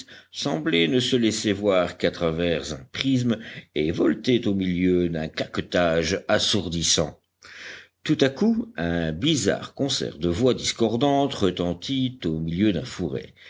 semblaient ne se laisser voir qu'à travers un prisme et voletaient au milieu d'un caquetage assourdissant tout à coup un bizarre concert de voix discordantes retentit au milieu d'un fourré